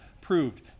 proved